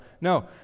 No